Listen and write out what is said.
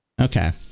Okay